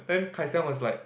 then Kai-Xiang was like